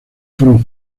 fueron